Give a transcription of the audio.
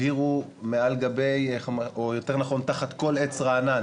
הם הבהירו תחת כל עץ רנן